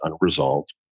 unresolved